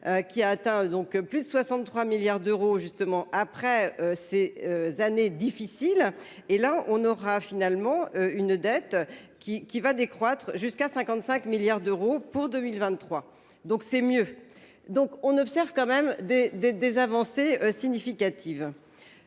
Qui a atteint donc plus de 63 milliards d'euros. Justement, après ces années difficiles et là on aura finalement une dette qui qui va décroître jusqu'à 55 milliards d'euros pour 2023 donc c'est mieux donc on observe quand même des des des avancées significatives.